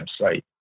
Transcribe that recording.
website